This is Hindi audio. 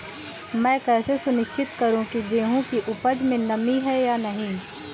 मैं कैसे सुनिश्चित करूँ की गेहूँ की उपज में नमी है या नहीं?